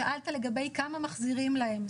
שאלת לגבי כמה מחזירים להם,